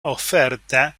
oferta